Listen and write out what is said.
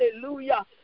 hallelujah